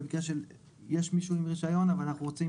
במקרה שיש מישהו עם רישיון אבל אנחנו רוצים